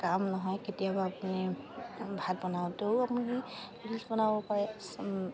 কাম নহয় কেতিয়াবা আপুনি ভাত বনাওঁতেও আপুনি ৰীল বনাব পাৰে